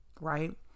Right